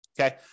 Okay